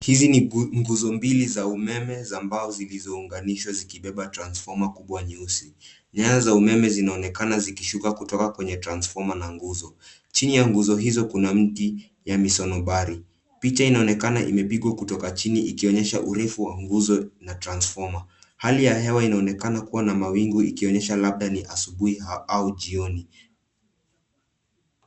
Hizi ni nguzo mbili za umeme za mbao zilizounganishwa zikibeba transfoma kubwa nyeusi. Nyaya za umeme zinaonekana zikishuka kutoka kwenye transfoma na nguzo. Chini ya nguzo hizo kuna miti ya misonobari. Picha inaonekana imepigwa kutoka chini ikionyesha urefu wa nguzo na transfoma . Hali ya hewa inaonekana kuwa na mawingu ikionyesha labda ni asubuhi au jioni.